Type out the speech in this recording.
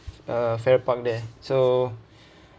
uh farrer park there so